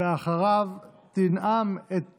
אחריו תנעל את